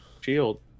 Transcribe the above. shield